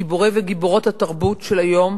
גיבורי וגיבורות התרבות של היום